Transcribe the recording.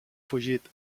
fugit